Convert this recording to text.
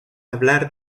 hablar